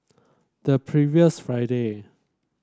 the previous Friday